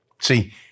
See